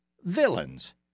villains